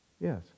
Yes